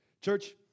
Church